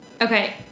Okay